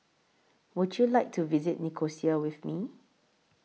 Would YOU like to visit Nicosia with Me